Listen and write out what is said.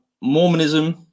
Mormonism